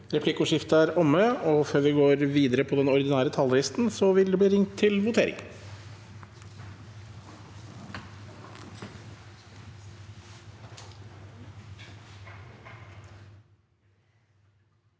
Replikkordskiftet er omme. Før vi går videre på den ordinære talerlisten, vil det bli ringt til votering.